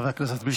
חבר הכנסת ביטון.